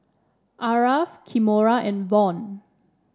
Aarav Kimora and Von